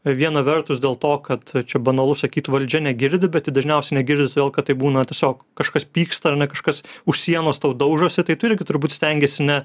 viena vertus dėl to kad čia banalu sakyt valdžia negirdi bet jie dažniausiai negirdi todėl kad taip būna tiesiog kažkas pyksta kažkas už sienos tau daužosi tai tu irgi turbūt stengiesi ne